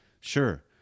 sure